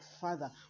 father